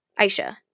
Aisha